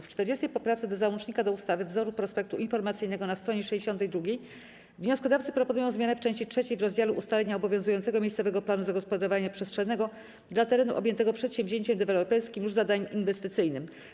W 40. poprawce do załącznika do ustawy - wzoru prospektu informacyjnego na s. 62 wnioskodawcy proponują zmianę w części III w rozdziale „Ustalenia obowiązującego miejscowego planu zagospodarowania przestrzennego dla terenu objętego przedsięwzięciem deweloperskim lub zadaniem inwestycyjnym”